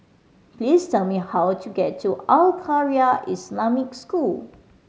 please tell me how to get to Al Khairiah Islamic School